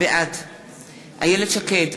בעד איילת שקד,